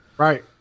Right